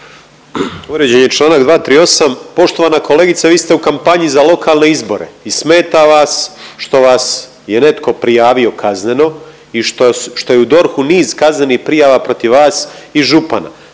Povrijeđen je čl. 238. Poštovana kolegice vi ste u kampanji za lokalne izbore i smeta vas što vas je netko prijavio kazneno i što je u DORH-u niz kaznenih prijava protiv vas i župana.